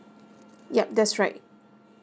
yup that's right